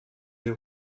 les